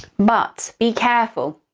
but, be careful!